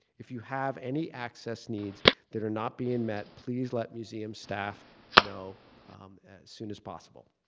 if you have any access needs that are not being met, please let museum staff know as soon as possible.